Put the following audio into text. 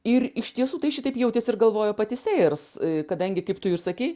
ir iš tiesų tai šitaip jautėsi ir galvojo pati sėjers kadangi kaip tu ir sakei